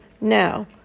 Now